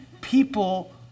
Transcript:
people